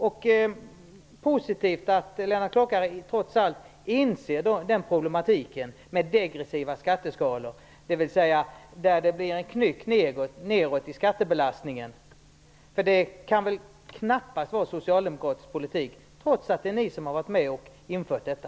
Det är positivt att Lennart Klockare trots allt inser problematiken med degressiva skatteskalor, dvs. att det blir en knyck nedåt i skattebeslastningen. Det kan knappast vara socialdemokratisk politik, trots att det är ni som har varit med och infört detta.